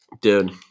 Dude